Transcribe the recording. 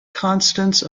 constants